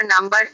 number